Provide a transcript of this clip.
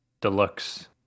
Deluxe